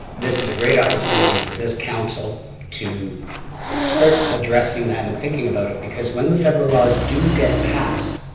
this is a great opportunity for this council to start addressing that and thinking about it. because when the federal laws do get passed,